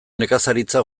nekazaritza